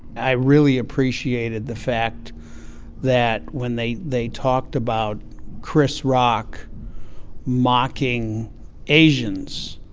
i really appreciated the fact that when they they talked about chris rock mocking asians,